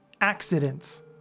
accidents